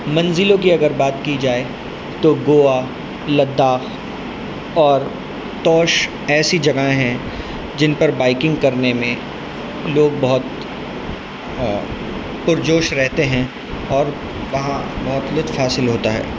منزلوں کی اگر بات کی جائے تو گوا لداخ اور توش ایسی جگہیں ہیں جن پر بائکنگ کرنے میں لوگ بہت پرجوش رہتے ہیں اور کہاں بہت لطف حاصل ہوتا ہے